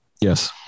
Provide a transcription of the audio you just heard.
Yes